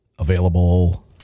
Available